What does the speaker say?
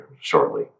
shortly